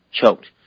choked